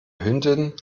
hündin